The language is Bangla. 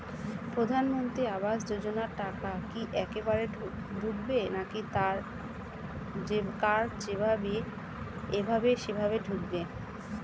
প্রধানমন্ত্রী আবাস যোজনার টাকা কি একবারে ঢুকবে নাকি কার যেভাবে এভাবে সেভাবে ঢুকবে?